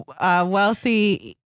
wealthy